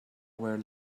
where